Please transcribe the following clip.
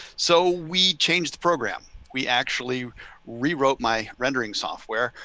so we changed the program. we actually rewrote my rendering software.